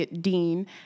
dean